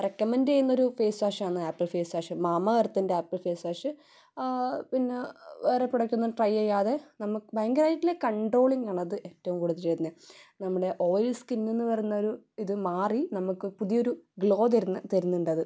recommend ചെയ്യുന്നൊരു face വാഷാണ് apple face wash Mama എർത്തിൻ്റെ ആപ്പിൾ ഫേസ് വാഷ് പിന്നെ വേറെ പ്രൊഡക്റ്റൊന്നും ട്രൈ ചെയ്യാതെ നമുക്ക് ഭയങ്കരമായിട്ടുള്ള കൺട്രോളിങ്ങാണത് ഏറ്റവും കൂടുതൽ ചെയ്യുന്നത് നമ്മുടെ ഓയിൽ സികിന്നെന്ന് പറയുന്നൊരു ഇത് മാറി നമുക്ക് പുതിയൊരു ഗ്ലോ തരുന്ന തരുന്നുണ്ടത്